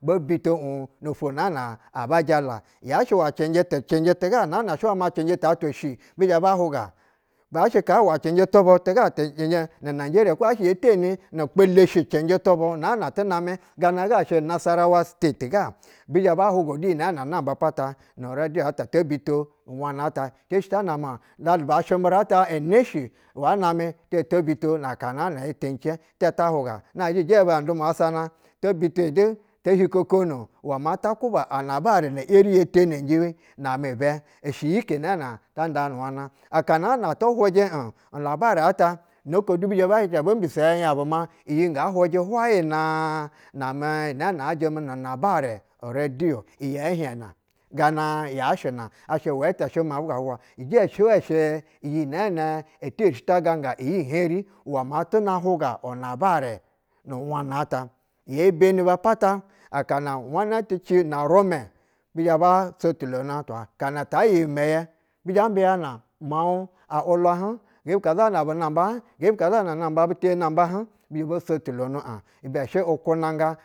Bo bito uno two nana abajala ya shɛ cinji cinje tiga ta twa eshi bi ba huga yashe cinji tubu ga nu najeriya ho yashɛ ye temi ni kpeshi cinji tub u nana odu name gana ga shɛ nasarawa state ga bi zhe ba huga du nane numbu pata nu roduya ata oto bito uwana ata ti yerishi ta nama zalu ba ashembire sheshi waname tii zhe to bito na aka nana ye teni cen ta huganazhi jɛ aba dumya sosa na to bito in de to hikokono uwa ma ta kuba ana bare eri ya tene ji name tbe i shɛ yi he nana ata nda nu wana akanana tu hujɛ as ulabarɛ ata no ko du bu bizha biso ya nyabu ma iyi nga huje hwaye maa ana ame roduyo na amɛ a jɛme nana bare uroduyo iyi a hie. na gana yashɛ ashɛ we te shɛ mabu ga huga ije she hwe shɛ iyi nene eti erishi ta gaga iyi heri uwe maa tuna huga heri uwe maa tun a huga unabare wana ata ye bani ba pa-ta akana wana ci nu numɛ bi zhe ba sotulonu atwa allana ta aye yi meye bizhe mbiyana mululu a lululua hn ge ubi leazana bun namba hn ge yibi gazabana bun amba wa bi shɛ bo sotolonu an ibe shɛ unaga